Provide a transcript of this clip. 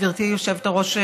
גברתי היושבת-ראש,